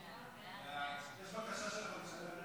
סעיף 1 נתקבל.